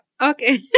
Okay